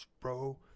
bro